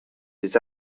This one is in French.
des